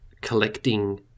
Collecting